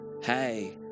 hey